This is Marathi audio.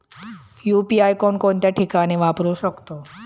यु.पी.आय कोणकोणत्या ठिकाणी वापरू शकतो?